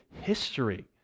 history